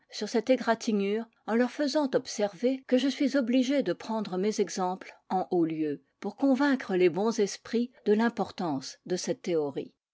sur cette égratignure en leur faisant observer que je suis obligé de prendre mes exemples en haut lieu pour convaincre les bons esprits de l'importance de cette théorie